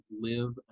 live